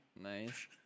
nice